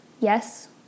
yes